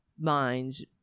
minds